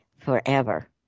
forever